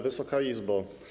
Wysoka Izbo!